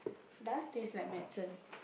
does taste like medicine